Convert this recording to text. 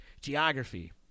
geography